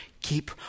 Keep